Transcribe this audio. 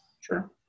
Sure